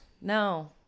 No